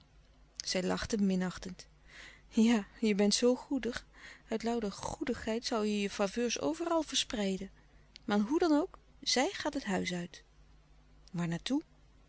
zij lachte minachtend ja je bent zoo goedig uit louter goedigheid zoû je je faveurs overal verspreiden maar hoe dan ook zij gaat het huis uit